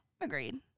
agreed